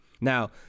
Now